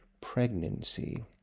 pregnancy